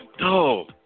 No